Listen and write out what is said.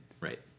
Right